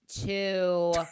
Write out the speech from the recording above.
two